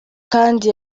kandi